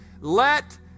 Let